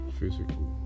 physical